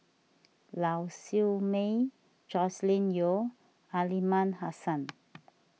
Lau Siew Mei Joscelin Yeo and Aliman Hassan